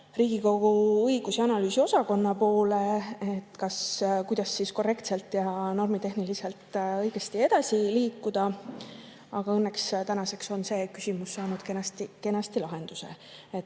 Riigikogu õigus‑ ja analüüsiosakonna poole, kuidas korrektselt ja normitehniliselt õigesti edasi liikuda. Õnneks on tänaseks see küsimus saanud lahenduse.